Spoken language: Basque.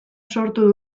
sortu